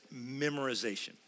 memorization